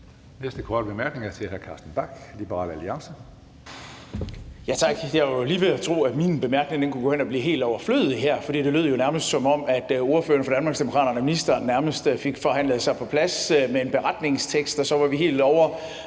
næste korte bemærkning er fra Carsten Bach, Liberal Alliance.